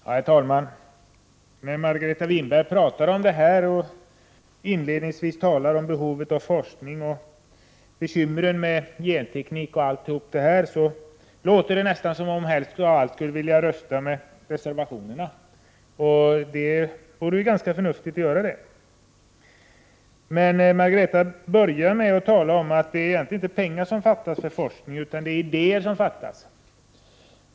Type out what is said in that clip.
Herr talman! När Margareta Winberg inledningsvis talade om behovet av forskning och bekymren i samband med genteknik m.m. lät det nästan som om hon helst av allt skulle vilja rösta för bifall till reservationerna. Det vore förnuftigt att göra det. Margareta Winberg började med att säga att det egentligen inte är pengar som fattas till forskning utan att det är idéer som fattas.